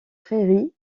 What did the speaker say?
prairies